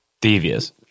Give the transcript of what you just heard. devious